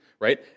right